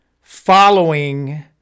following